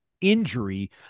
injury